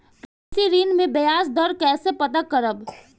कृषि ऋण में बयाज दर कइसे पता करब?